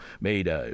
made